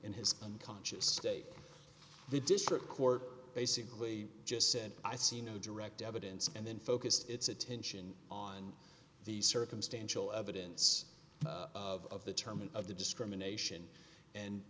in his unconscious state the district court basically just said i see no direct evidence and then focused its attention on the circumstantial evidence of the terms of the discrimination and